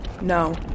No